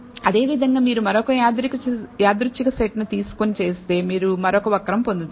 అదేవిధంగా మీరు మరొక యాదృచ్ఛిక సెట్ ని తీసుకొని చేస్తే మీరు మరొక వక్రం పొందుతారు